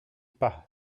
pas